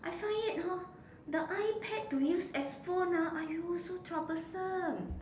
I find it hor the i pad to use as phone ah !aiyo! so troublesome